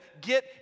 get